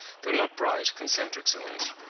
though not bright, concentric zones.